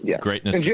greatness